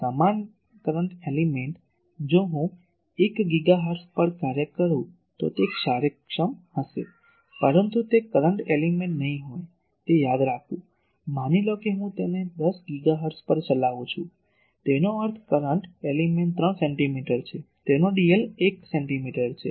તેથી સમાન current element જો હું 1 ગીગાહર્ટ્ઝ પર કાર્ય કરું તો તે કાર્યક્ષમ હશે પરંતુ તે કરંટ એલીમેન્ટ નહીં હોય તે યાદ રાખવું માની લો કે હું તેને 10 ગીગાહર્ટ્ઝ પર ચલાવુ છું તેનો અર્થ કરંટ એલિમેન્ટ 3 સેન્ટિમીટર છે તેનો dl 1 સેન્ટિમીટર છે